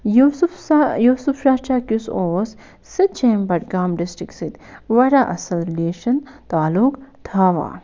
یوٗسُف سا یوٗسُف شاہ چٮ۪ک یُس اوس سُہ تہِ چھُ یِم بڈگام ڈِسٹرک سۭتۍ واریاہ اَصٕل رِلٮ۪شَن تعلُق تھاوان